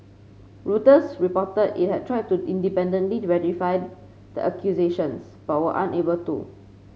reuters reported it had tried to independently verify the accusations but were unable to